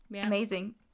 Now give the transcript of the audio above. Amazing